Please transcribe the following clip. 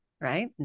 right